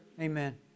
Amen